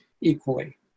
equally